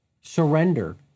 surrender